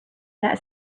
that